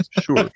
Sure